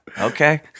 Okay